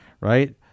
right